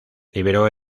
liberó